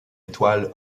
étoile